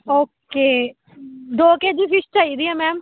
okay ਦੋ KG fish ਚਾਹੀਦੀ ਆ ਮੈਮ